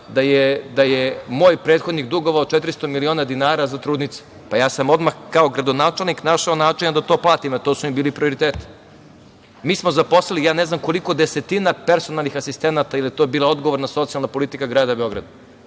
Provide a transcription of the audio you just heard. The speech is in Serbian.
da je moj prethodnik dugovao 400 miliona dinara za trudnice. Ja sam odmah kao gradonačelnik našao načina da to platim, a to su im bili prioriteti. Mi smo zaposlili, ne znam koliko desetina personalnih asistenata, jer je to bila odgovorna socijalna politika grada Beograda,